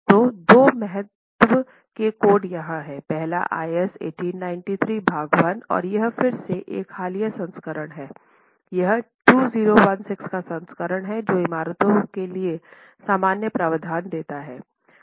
तो दो महत्व के कोड यहां हैं पहला IS 1893 भाग 1 और यह फिर से एक हालिया संस्करण है यह 2016 का संस्करण है जो इमारतों के लिए सामान्य प्रावधान देता है